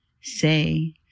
Say